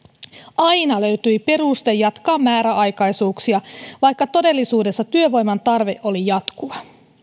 aina löytyi peruste jatkaa määräaikaisuuksia vaikka todellisuudessa työvoiman tarve oli jatkuva